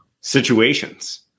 situations